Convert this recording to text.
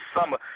summer